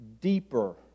deeper